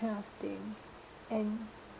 kind of thing and